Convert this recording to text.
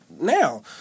now